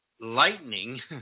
lightning